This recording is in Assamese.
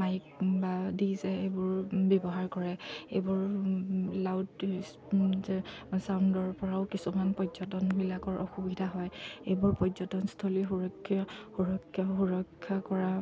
মাইক বা দি যায় এইবোৰ ব্যৱহাৰ কৰে এইবোৰ লাউড চাউণ্ডৰ পৰাও কিছুমান পৰ্যটনবিলাকৰ অসুবিধা হয় এইবোৰ পৰ্যটনস্থলী সুৰক্ষা সুৰক্ষা সুৰক্ষা কৰা